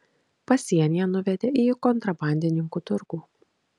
pasienyje nuvedė į kontrabandininkų turgų